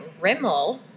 Rimmel